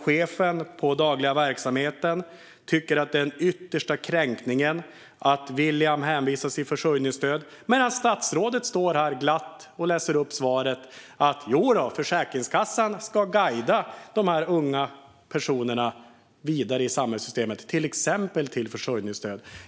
Chefen på den dagliga verksamheten tycker att det är den yttersta kränkningen att William hänvisas till försörjningsstöd. Men statsrådet står här och säger glatt i sitt svar att Försäkringskassan ska guida de här unga personerna vidare i samhället, till exempel till försörjningsstöd.